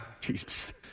Jesus